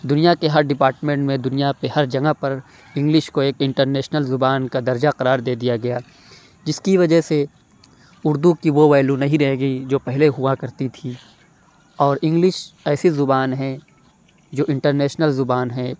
دنیا کے ہر ڈپارٹمنٹ میں دنیا پہ ہر جگہ پر انگلش کو ایک انٹرنیشنل زبان کا درجہ قرار دے دیا گیا جس کی وجہ سے اردو کی وہ ویلو نہیں رہ گئی جو پہلے ہوا کرتی تھی اور انگلش ایسی زبان ہے جو انٹرنیشنل زبان ہے